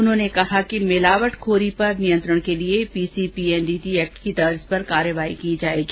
उन्होंने कहा कि मिलावटखोरी पर नियंत्रण के लिए पीर्सीपी एण्ड डीटी एक्ट की तर्ज पर कार्यवाही की जाएगी